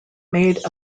made